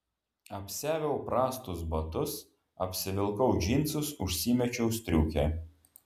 apsiaviau prastus batus apsivilkau džinsus užsimečiau striukę